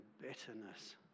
bitterness